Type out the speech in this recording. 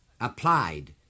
applied